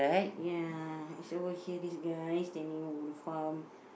ya he's over here this guy standing over the farm